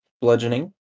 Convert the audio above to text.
bludgeoning